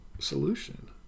Solution